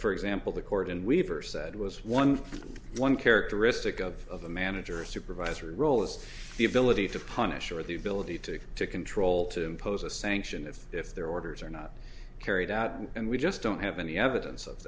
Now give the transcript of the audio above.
for example the court in weaver said was one thing one characteristic of a manager or a supervisory role is the ability to punish or the ability to to control to impose a sanction if if their orders are not carried out and we just don't have any evidence of